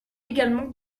également